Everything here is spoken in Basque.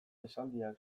esaldiak